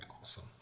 awesome